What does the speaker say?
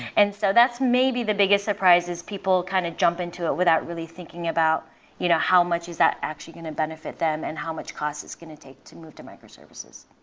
and so that's maybe the biggest surprise is people kind of jump into it without really thinking about you know how much is that actually going to benefit them and how much cost is going to take to move to microservices.